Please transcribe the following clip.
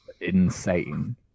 insane